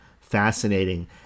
fascinating